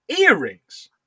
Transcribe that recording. earrings